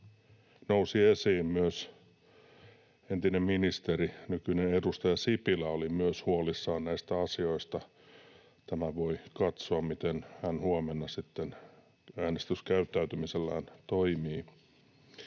nousi esiin, myös entinen ministeri, nykyinen edustaja Sipilä oli huolissaan näistä asioista. Huomenna voi katsoa, miten hän sitten äänestyskäyttäytymisellään toimii.